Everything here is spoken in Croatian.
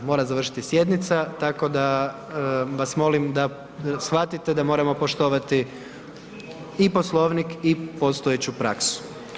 Mora završiti sjednica, tako da vas molim da shvatite da moramo poštovani i Poslovnik i postojeću praksu.